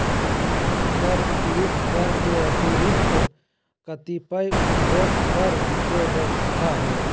अन्य कर उपर्युक्त कर के अतिरिक्त कतिपय उपभोग कर के व्यवस्था ह